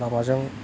लामाजों